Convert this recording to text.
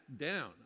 down